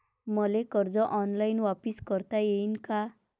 मले कर्ज ऑनलाईन वापिस करता येईन का?